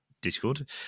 discord